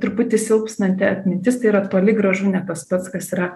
truputį silpstanti atmintis tai yra toli gražu ne tas pats kas yra